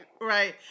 Right